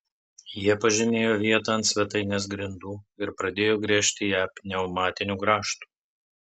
jie pažymėjo vietą ant svetainės grindų ir pradėjo gręžti ją pneumatiniu grąžtu